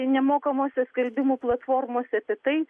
nemokamose skelbimų platformose apie tai